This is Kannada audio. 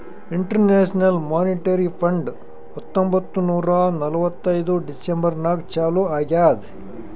ಇಂಟರ್ನ್ಯಾಷನಲ್ ಮೋನಿಟರಿ ಫಂಡ್ ಹತ್ತೊಂಬತ್ತ್ ನೂರಾ ನಲ್ವತ್ತೈದು ಡಿಸೆಂಬರ್ ನಾಗ್ ಚಾಲೂ ಆಗ್ಯಾದ್